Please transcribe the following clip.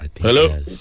Hello